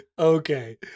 Okay